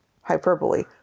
hyperbole